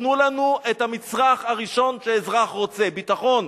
תנו לנו את המצרך הראשון שאזרח רוצה, ביטחון.